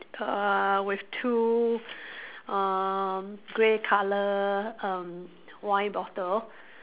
err with two uh grey colour um wine bottle